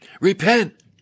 Repent